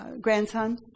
grandson